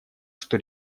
что